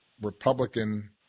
Republican